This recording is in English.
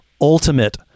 ultimate